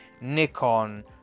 nikon